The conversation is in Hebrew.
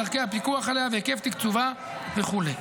דרכי הפיקוח עליה והיקף תקצובה וכו'.